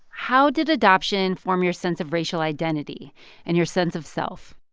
how did adoption inform your sense of racial identity and your sense of self?